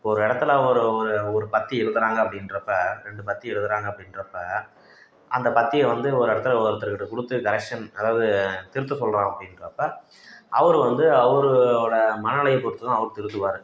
இப்போ ஒரு இடத்துல ஒரு ஒரு ஒரு பத்தி எழுதுறாங்க அப்படின்றப்ப ரெண்டு பத்தி எழுதுறாங்க அப்படின்றப்ப அந்த பத்தியை வந்து ஒரு இடத்துல ஒருத்தர்க்கிட்டே கொடுத்து கரெக்ஷன் அதாவது திருத்த சொல்கிறோம் அப்படின்றப்ப அவர் வந்து அவரோட மனநிலையை பொறுத்து தான் அவர் திருத்துவார்